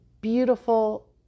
beautiful